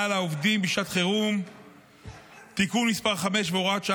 על עובדים בשעת חירום (תיקון מס' 5 והוראת שעה,